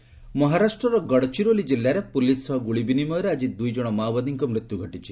Naxal killed ମହାରାଷ୍ଟ୍ରର ଗଡ଼ଚିରୋଲି ଜିଲ୍ଲାରେ ପୁଲିସ୍ ସହ ଗୁଳି ବିନିମୟରେ ଆକି ଦୁଇ ଜଣ ମାଓବାଦୀଙ୍କ ମୃତ୍ୟୁ ଘଟିଛି